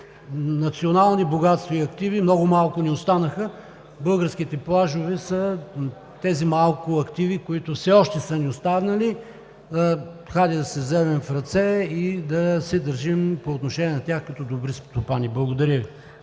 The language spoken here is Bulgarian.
национални богатства и активи много малко ни останаха. Българските плажове са тези малко активи, които все още са ни останали. Хайде да се вземем в ръце и да се държим по отношение на тях като добри стопани. Благодаря Ви.